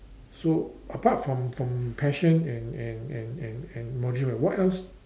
so apart from from passion and and and and and modular what else